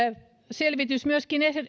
selvitys myöskin